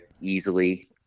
easily